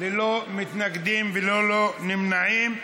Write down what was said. ללא מתנגדים וללא נמנעים.